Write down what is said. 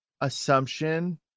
assumption